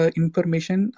information